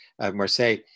Marseille